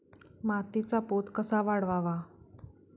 मातीचा पोत कसा वाढवावा?